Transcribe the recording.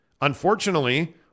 Unfortunately